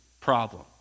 problem